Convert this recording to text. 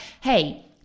hey